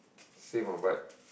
same ah but